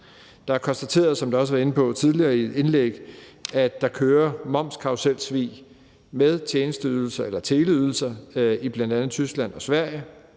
Det er konstateret, som det også er blevet sagt tidligere i et indlæg, at der kører momskarruselsvig med teleydelser i bl.a. Tyskland og Sverige.